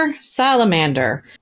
salamander